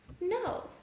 No